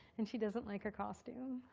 and she doesn't like her costume.